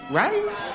right